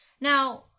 Now